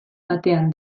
batean